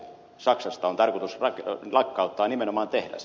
saksasta on tarkoitus lakkauttaa nimenomaan tehdas